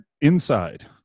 inside